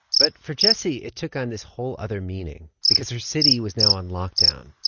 but for jessie, it took on this whole other meaning because her city was now on lockdown.